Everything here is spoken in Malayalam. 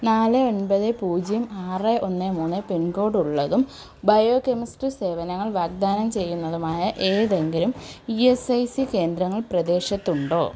നാല് ഒമ്പത് പൂജ്യം ആറ് ഒന്ന് മൂന്ന് പിൻകോഡ് ഉള്ളതും ബയോകെമിസ്ട്രി സേവനങ്ങൾ വാഗ്ദാനം ചെയ്യുന്നതുമായ ഏതെങ്കിലും ഇ എസ് ഐ സി കേന്ദ്രങ്ങൾ പ്രദേശത്തുണ്ടോ